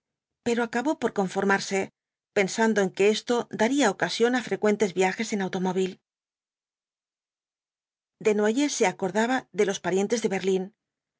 pero acabó por conformarse pensando en que esto daría ocasión a frecuentes viajes en automóvil desnoyers se acordaba de los parientes de berlín por